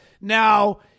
now